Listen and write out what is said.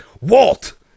Walt